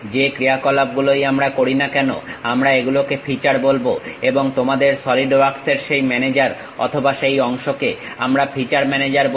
যে ক্রিয়া কলাপ গুলোই আমরা করি না কেন আমরা এগুলোকে ফিচার বলবো এবং তোমাদের সলিড ওয়ার্কস এর সেই ম্যানেজার অথবা সেই অংশকে আমরা ফিচার ম্যানেজার বলি